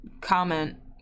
comment